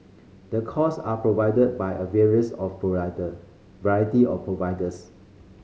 the course are provided by a various of provider variety of providers